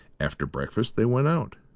after breakfast they went out,